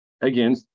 again